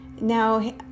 Now